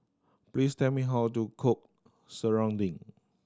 please tell me how to cook serunding